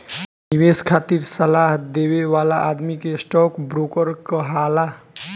निवेश खातिर सलाह देवे वाला आदमी के स्टॉक ब्रोकर कहाला